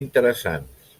interessants